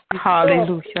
Hallelujah